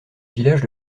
village